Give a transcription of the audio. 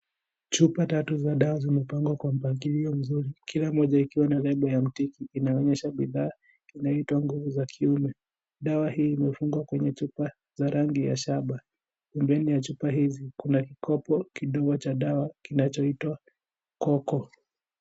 Chupa tatu za dawa zimepangwa kwa mpangilio mzuri. Kila mmoja ikiwa na nembo ya Mtiki, inaonyesha bidhaa zinaitwa nguvu za kiume. Dawa hii imefungwa kwenye chupa za rangi ya shaba. Pembeni ya chupa hizi, kuna kikopo kidogo cha dawa kinachoitwa Koko.